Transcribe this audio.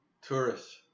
Tourists